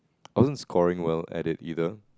I wasn't scoring well at it either